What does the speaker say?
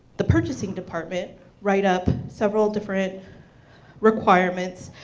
the purchasing department write up several different requirements,